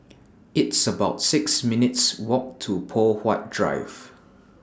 It's about six minutes' Walk to Poh Huat Drive